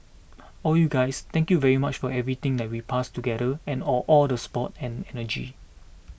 all you guys thank you very much for everything that we passed together and all all the support and energy